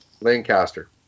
Lancaster